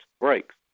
breaks